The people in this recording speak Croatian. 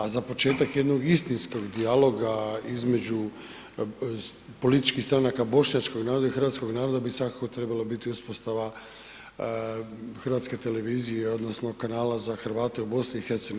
A za početak jednog istinskog dijaloga između političkih stranaka bošnjačkog naroda i hrvatskog naroda bi svakako trebalo biti uspostava hrvatske televizije odnosno kanala za Hrvate u BiH.